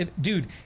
Dude